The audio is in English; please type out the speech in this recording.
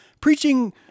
Preaching